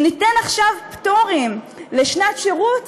אם ניתן עכשיו פטורים לשנת שירות,